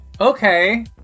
Okay